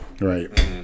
right